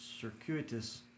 circuitous